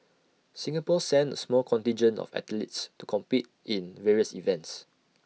Singapore sent A small contingent of athletes to compete in various events